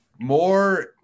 More